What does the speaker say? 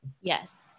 yes